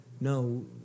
no